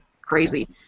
crazy